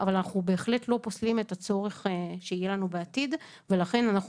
אבל אנחנו בהחלט לא פוסלים את הצורך שיהיה לנו בעתיד ולכן אנחנו